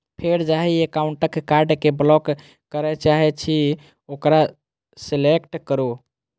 फेर जाहि एकाउंटक कार्ड कें ब्लॉक करय चाहे छी ओकरा सेलेक्ट करू